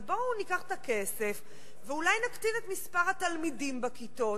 אז בואו ניקח את הכסף ואולי נקטין את מספר התלמידים בכיתות.